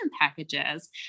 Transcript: packages